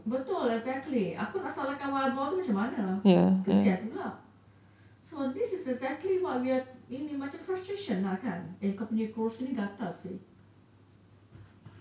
betul exactly aku nak salahkan wild boar tu macam mana kesian pula so this is exactly what we are ini macam frustration lah kan